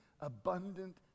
abundant